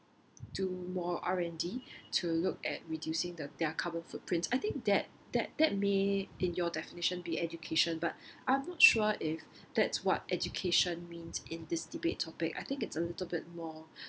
do more R_N_D to look at reducing the their carbon footprint I think that that that may in your definition be education but I'm not sure if that's what education means in this debate topic I think it's a little bit more